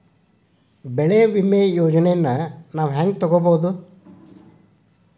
ಬೆಳಿ ವಿಮೆ ಯೋಜನೆನ ನಾವ್ ಹೆಂಗ್ ತೊಗೊಬೋದ್?